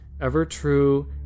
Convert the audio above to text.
ever-true